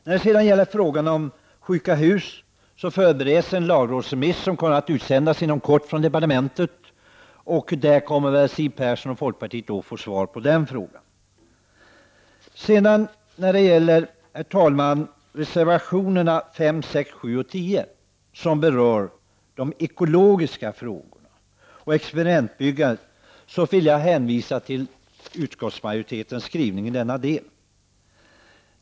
När det gäller frågan om sjuka hus förbereds en lagrådsremiss som inom kort kommer att utsändas från departementet. Där kommer Siw Persson och folkpartiet att få svar på sina frågor. När det gäller reservationerna 5, 6, 7 och 10, som berör de ekologiska frågorna och experimentbyggandet, vill jag hänvisa till utskottsmajoritetens skrivning i denna del.